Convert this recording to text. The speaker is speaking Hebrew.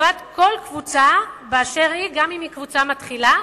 לטובת כל קבוצה באשר היא, גם אם היא קבוצה מתחילה.